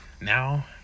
Now